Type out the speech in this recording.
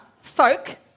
folk